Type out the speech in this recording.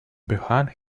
behind